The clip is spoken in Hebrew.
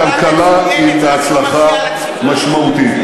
הכלכלה היא בהצלחה משמעותית.